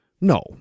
No